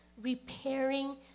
repairing